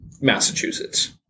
Massachusetts